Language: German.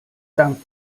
dank